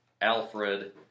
Alfred